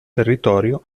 territorio